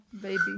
baby